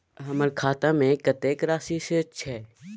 हमर खाता में कतेक राशि शेस छै?